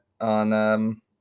on